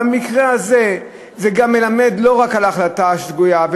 אבל המקרה הזה זה מלמד לא רק על ההחלטה השגויה,